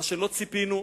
מה שלא ציפינו,